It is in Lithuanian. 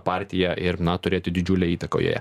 partiją ir turėti didžiulę įtaką joje